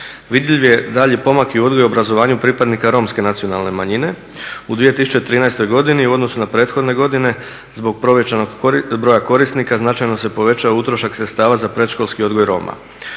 Vidljiv je daljnji pomak i u odgoju i obrazovanju pripadnika Romske nacionalne manjine. U 2013. godini u odnosu na prethodne godine zbog povećanog broja korisnika značajno se povećao utrošak sredstava za predškolski odgoj Roma.